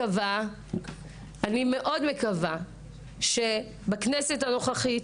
ואני מאוד מקווה שבכנסת הנוכחית,